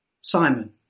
Simon